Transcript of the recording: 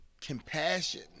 compassion